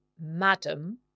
madam